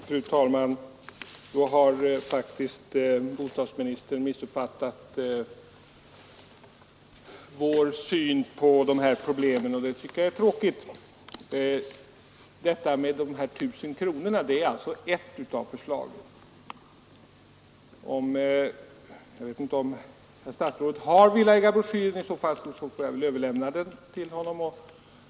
Fru talman! Då har faktiskt bostadsministern missuppfattat vår syn på de här problemen, och det tycker jag är tråkigt. Detta med de 1 000 kronorna är alltså ett av förslagen. Jag vet inte om statsrådet har villaägarbroschyren — om inte får jag väl överlämna den till honom.